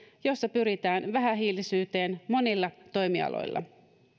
jossa pyritään vähähiilisyyteen monilla toimialoilla